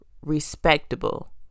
respectable